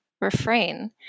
refrain